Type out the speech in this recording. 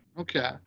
okay